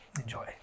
Enjoy